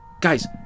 Guys